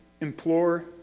implore